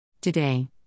Today